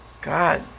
God